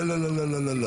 לא, לא, לא.